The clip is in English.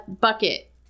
bucket